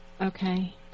Okay